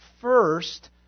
first